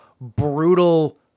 brutal